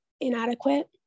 inadequate